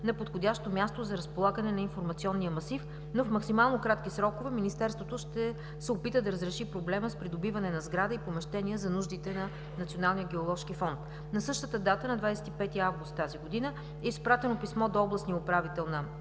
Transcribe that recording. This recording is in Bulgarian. на подходящо място за разполагане на информационния масив, но в максимално кратки срокове Министерството ще се опита да разреши проблема с придобиване на сграда и помещения за нуждите на Националния геоложки фонд. На същата дата – 25 август 2017 г., е изпратено писмо до областния управител на